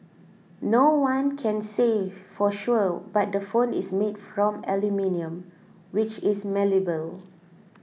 no one can say for sure but the phone is made from aluminium which is malleable